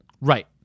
Right